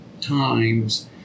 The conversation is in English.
times